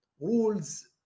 rules